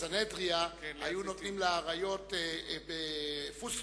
בסנהדריה, היו נותנים לאריות בוטנים